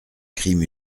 crime